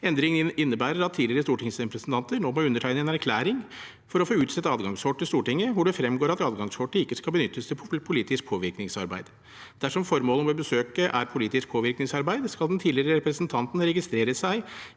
Endringene innebærer at tidligere stortingsrepresentanter nå må undertegne en erklæring for å få utstedt adgangskort til Stortinget, hvor det fremgår at adgangskortet ikke skal benyttes til politisk påvirkningsarbeid. Dersom formålet med besøket er politisk påvirkningsarbeid, skal den tidligere representanten registrere seg